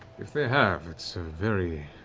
if they have, it's a very